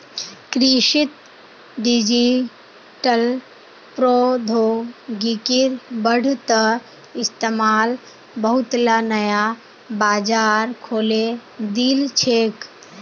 कृषित डिजिटल प्रौद्योगिकिर बढ़ त इस्तमाल बहुतला नया बाजार खोले दिल छेक